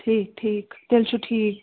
ٹھیٖک ٹھیٖک تیٚلہِ چھُ ٹھیٖک